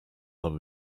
love